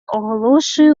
оголошую